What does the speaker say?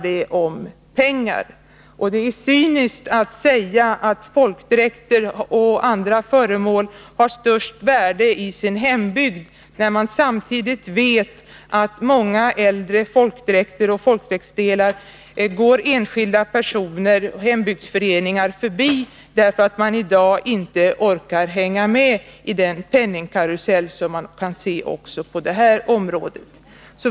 Det är cyniskt att säga att folkdräkter och andra föremål har det största värdet i hembygden, då vi vet att många äldre folkdräkter och folkdräktsdelar går enskilda personer och hembygdsföreningar förbi, därför att de i dag inte orkar hänga med i den penningkarusell, som man kan se också på detta område.